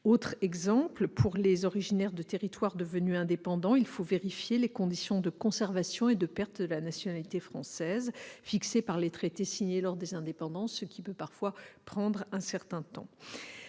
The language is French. outre, pour les personnes originaires de territoires devenus indépendants, il faut vérifier les conditions de conservation et de perte de la nationalité française qui ont été fixées par les traités signés lors des indépendances, ce qui peut parfois prendre un certain temps.